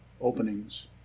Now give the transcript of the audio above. openings